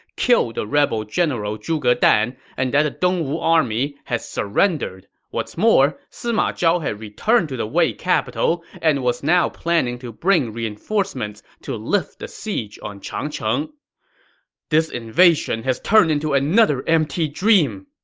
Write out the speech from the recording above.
killed the rebel general zhuge dan, and that the dongwu army had surrendered. what's more sima zhao had returned to the wei capital and was now planning to bring reinforcements to lift the siege on changcheng this invasion has turned into another empty dream!